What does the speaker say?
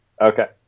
Okay